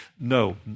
No